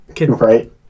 right